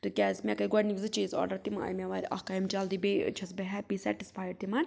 تِکیٛازِ مےٚ گٔےٚ گۄڈٕنکۍ زٕ چیٖز آرڈر تِم آیہِ مےٚ واریاہ اکھ آیَم جلدی بییہِ چھیٚس بہٕ ہیٚپی سیٹِسفایڈ تِمَن